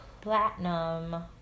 platinum